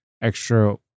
extra